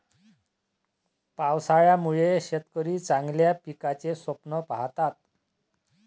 पावसाळ्यामुळे शेतकरी चांगल्या पिकाचे स्वप्न पाहतात